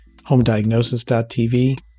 HomeDiagnosis.tv